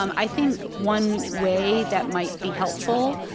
um i think one way that might be helpful,